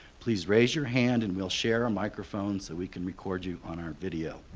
please raise your hand and we'll share a microphone so we can record you on our video.